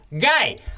guy